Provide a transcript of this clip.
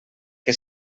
que